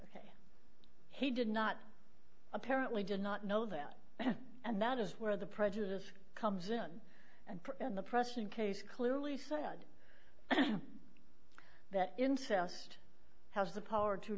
sorry he did not apparently did not know that and that is where the prejudice comes in and in the pression case clearly said that incest has the power to